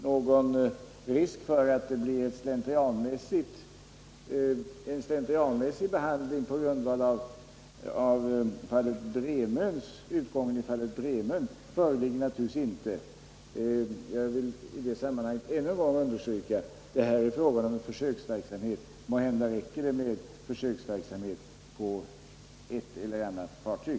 Någon risk för att det blir en slentrianmässig behandling på grundval av utgången i fallet Bremön föreligger naturligtvis inte. Jag vill i det sammanhanget ännu en gång understryka att det är fråga om en försöksverksamhet. Måhända räcker det med försöksverksamhet på ett eller annat fartyg.